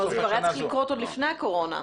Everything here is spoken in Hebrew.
זה היה צריך לקרות עוד לפני הקורונה.